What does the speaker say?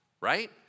right